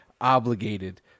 obligated